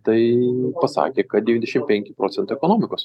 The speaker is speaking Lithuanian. tai pasakė kad devyniasdešim penki procentai ekonomikos